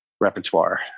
repertoire